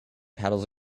paddles